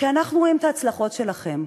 כשאנחנו רואים את ההצלחות שלכם,